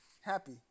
happy